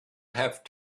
have